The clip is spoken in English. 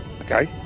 Okay